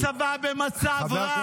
הצבא במצב רע.